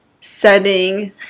setting